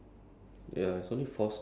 like if we take the train ah